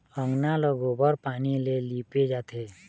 अंगना ल गोबर पानी ले लिपे जाथे